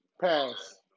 Pass